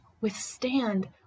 withstand